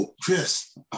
Chris